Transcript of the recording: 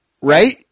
Right